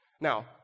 Now